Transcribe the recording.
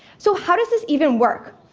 so how does this even work?